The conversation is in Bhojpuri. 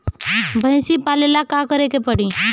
भइसी पालेला का करे के पारी?